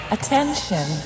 Attention